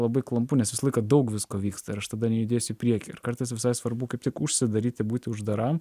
labai klampu nes visą laiką daug visko vyksta ir aš nejudėsiu priekį ir kartais visai svarbu kaip tik užsidaryti būti uždaram